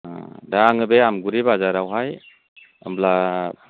अ दा आङो बे आमगुरि बाजारावहाय होनब्ला